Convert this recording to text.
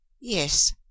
yes